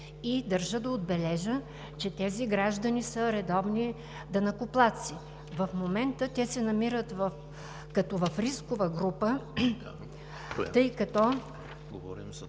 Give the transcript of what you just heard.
и държа да отбележа, че тези граждани са редовни данъкоплатци. В момента те се намират в рискова група, тъй като,